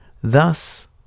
Thus